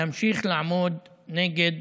נמשיך לעמוד נגד